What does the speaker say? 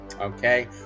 okay